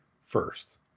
first